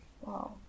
wow